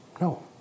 No